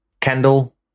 Kendall